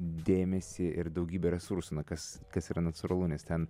dėmesį ir daugybę resursų na kas kas yra natūralu nes ten